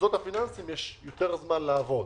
למוסדות הפיננסיים יש יותר זמן לעבוד.